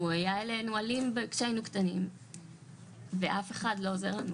הוא היה אלינו אלים שהיינו קטנים ואף אחד לא עוזר לנו.